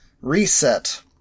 Reset